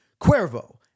Cuervo